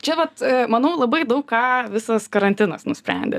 čia vat manau labai daug ką visas karantinas nusprendė